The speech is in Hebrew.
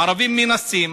הערבים מנסים.